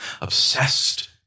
obsessed